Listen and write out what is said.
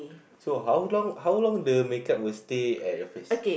so how long how long the makeup will stay at your face